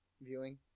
viewing